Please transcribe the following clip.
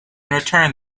return